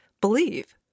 believe